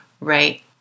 right